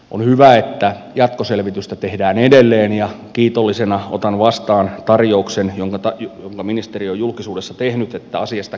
on hyvä että jatkoselvitystä tehdään edelleen ja kiitollisena otan vastaan tarjouksen jonka ministeri on julkisuudessa tehnyt että asiasta keskustellaan